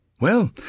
Well